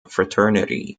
fraternity